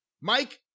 Mike